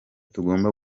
tugomba